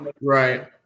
Right